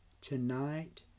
tonight